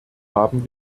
haben